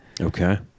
Okay